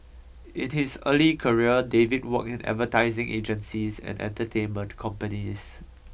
in his early career David worked in advertising agencies and entertainment companies